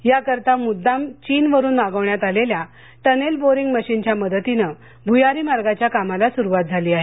या करिता मुद्दाम चीनवरून मागवण्यात आलेल्या टनेल बोरिंग मशीन च्या मदतीने भुयारी मार्गाच्या कामाला सुरुवात झाली आहे